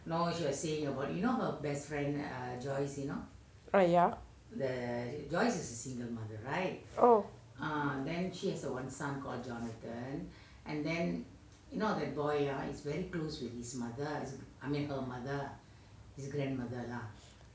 ah ya oo